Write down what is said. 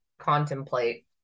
contemplate